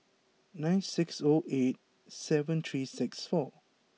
nine six zero eight seven three six four